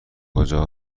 کجا